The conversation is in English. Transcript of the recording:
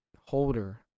holder